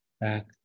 back